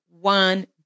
one